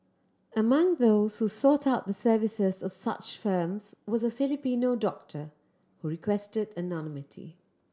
among those who sought out the services of such firms was a Filipino doctor who requested anonymity